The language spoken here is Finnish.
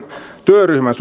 työryhmän